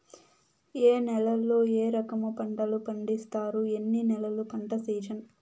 ఏ నేలల్లో ఏ రకము పంటలు పండిస్తారు, ఎన్ని నెలలు పంట సిజన్?